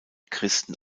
christen